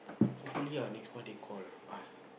hopefully ah next month they call us